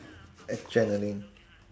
adrenaline